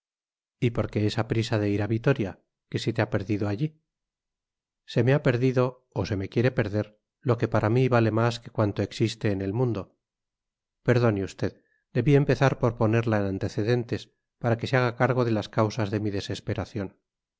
y por qué esa prisa de ir a vitoria qué se te ha perdido allí se me ha perdido o se me quiere perder lo que para mí vale más que cuanto existe en el mundo perdone usted debí empezar por ponerla en antecedentes para que se haga cargo de las causas de mi desesperación